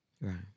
Right